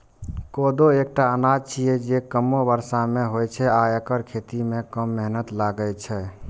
कोदो एकटा अनाज छियै, जे कमो बर्षा मे होइ छै आ एकर खेती मे कम मेहनत लागै छै